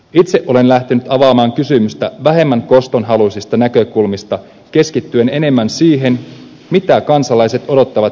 itse olen lähtenyt avaamaan kysymystä vähemmän kostonhaluisista näkökulmista keskittyen enemmän siihen mitä kansalaiset odottavat meiltä päätöksentekijöiltä